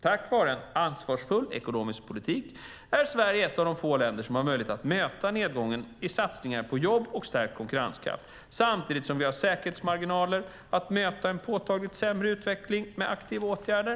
Tack vare en ansvarsfull ekonomisk politik är Sverige ett av få länder som har möjlighet att möta nedgången med satsningar på jobb och stärkt konkurrenskraft, samtidigt som vi har säkerhetsmarginaler för att möta en påtagligt sämre utveckling med aktiva åtgärder.